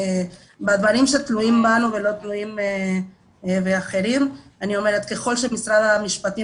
בדברים שתלויים בנו ולא באחרים ככל שמשרד המשפטים